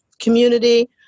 community